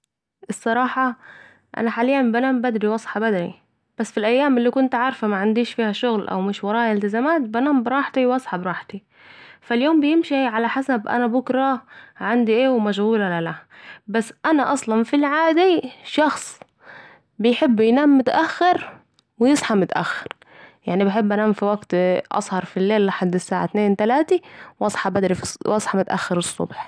الصراحه لأ أنا حالياً بنام بدري و اصحي بدر ...بس في الأيام الي كنت عارفه معنديش فيها شغل او مش وريا التزامات بنام براحتي واصحي براحتي فاليوم بيمشي على حسب أنا بكره عندي اية ولا مشغوله ولا لأ ، بس أنا أصلا في العادي شخص بحب انام متأخر واصحي متاخر ، يعني بحب مثلاً انام في الليل الساعه اتنين تلاته و اصحي بدري* و اصحي متأخر الصبح